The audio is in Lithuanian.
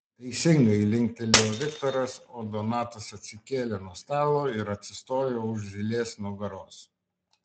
teisingai linktelėjo viktoras o donatas atsikėlė nuo stalo ir atsistojo už zylės nugaros